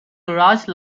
garage